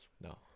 No